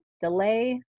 delay